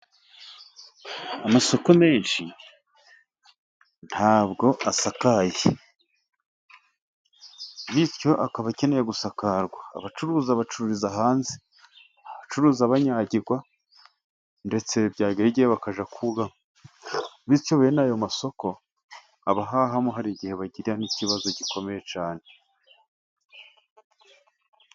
Amasoko menshi, ntabwo asakaye. Bityo akaba akeneye gusakarwa. Abacuruza bacururiza hanze, hari abacuruza banyagirwa, ndetse byagera igihe bakajya kugama. Bityo bene ayo masoko, abahahamo hari igihe bahagirira n'ikibazo gikomeye cyane.